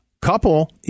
couple